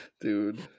Dude